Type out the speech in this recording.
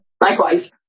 Likewise